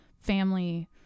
family